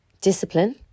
discipline